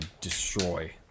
destroy